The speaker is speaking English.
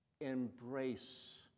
Embrace